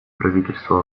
правительства